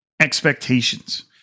expectations